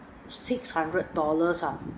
six hundred dollars ah